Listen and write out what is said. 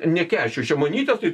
nekęsčiau šimonytės tai